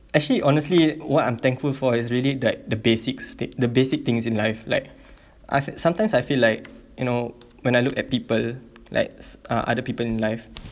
actually honestly what I'm thankful for is really that the basic state the basic things in life like I've sometimes I feel like you know when I look at people likes uh other people in life